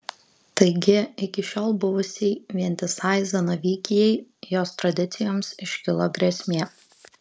taigi iki šiol buvusiai vientisai zanavykijai jos tradicijoms iškilo grėsmė